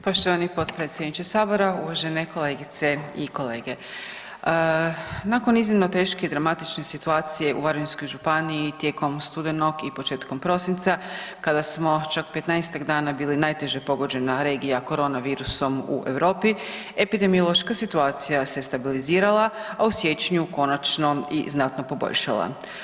Poštovani potpredsjedniče sabora, uvažene kolegice i kolege, nakon iznimno teške i dramatične situacije u Varaždinskoj županiji tijekom studenog i početkom prosinca kada smo čak 15-tak dana bili najteže pogođena regija korona virusom u Europi, epidemiološka situacija se stabilizirala, a u siječnju konačno i znatno poboljšala.